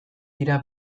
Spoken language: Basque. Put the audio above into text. dira